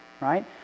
right